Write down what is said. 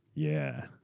yeah.